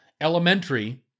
elementary